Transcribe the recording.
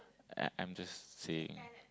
I I'm just saying